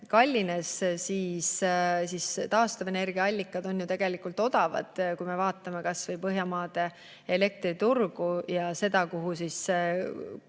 kallines, siis taastuvenergiaallikad on ju tegelikult odavad. Vaatame kasvõi Põhjamaade elektriturgu ja seda, mis on siis see